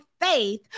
faith